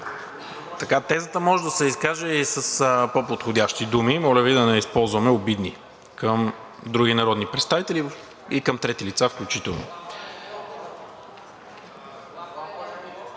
тезата може да се изкаже и с по-подходящи думи – моля Ви да не използваме обидни към други народни представители и към трети лица включително.